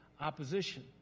opposition